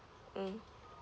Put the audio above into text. mm